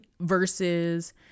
Versus